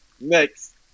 Next